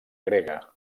grega